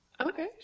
Okay